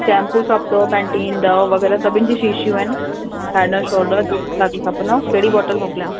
shampoo सभु अथव Pantene Dove वग़ैरह सभिनि जी शीशियूं आहिनि हैड एंड शोल्डर जेकी तव्हांखे खपंदव कहिड़ी बोटल मोकिलियाव